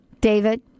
David